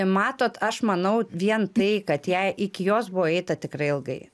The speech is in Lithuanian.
matot aš manau vien tai kad jei iki jos buvo eita tikrai ilgai